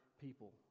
people